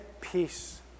peace